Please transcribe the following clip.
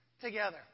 together